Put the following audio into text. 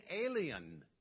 alien